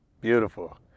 Beautiful